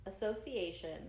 Association